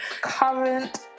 current